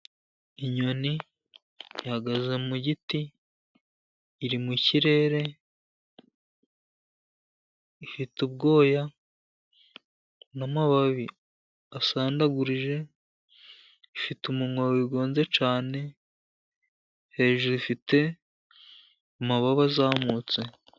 Inyoni ihagaze mu giti, iri mu kirere, ifite ubwoya n'amababi asandaguje, ifite umunwa wigonze cyane, hejuru ifite amababa azamutse.